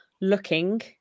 looking